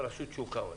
רשות שוק ההון.